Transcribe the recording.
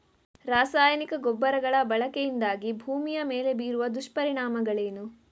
ರಾಸಾಯನಿಕ ಗೊಬ್ಬರಗಳ ಬಳಕೆಯಿಂದಾಗಿ ಭೂಮಿಯ ಮೇಲೆ ಬೀರುವ ದುಷ್ಪರಿಣಾಮಗಳೇನು?